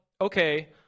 okay